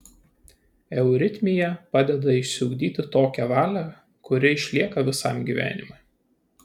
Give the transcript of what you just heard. euritmija padeda išsiugdyti tokią valią kuri išlieka visam gyvenimui